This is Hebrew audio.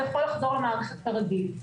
ויכול לחזור למערכת כרגיל.